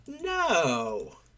No